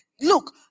Look